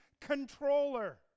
controller